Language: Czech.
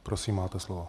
Prosím, máte slovo.